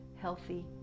healthy